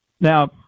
Now